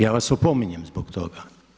Ja vas opominjem zbog toga.